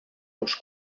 dos